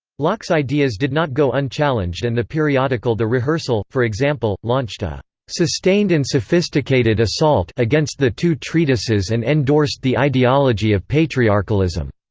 locke's ideas did not go unchallenged and the periodical the rehearsal, for example, launched a sustained and sophisticated assault against the two treatises and endorsed the ideology of patriarchalism.